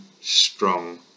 strong